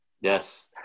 Yes